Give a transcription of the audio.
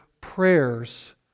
prayers